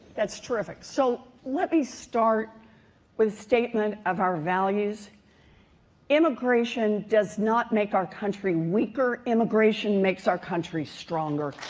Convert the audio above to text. that's terrific. so let me start with statement of our values immigration does not make our country weaker, immigration makes our country stronger.